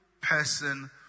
person